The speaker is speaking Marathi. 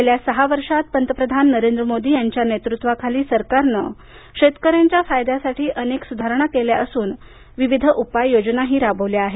गेल्या सहा वर्षात पंतप्रधान नरेंद्र मोदी यांच्या नेतृत्वाखाली सरकारनं शेतकऱ्यांच्या फायद्यासाठी अनेक सुधारणा केल्या असून विविध उपाययोजना राबवल्या आहेत